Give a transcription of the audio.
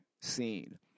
scene